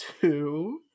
two